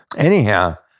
anyhow,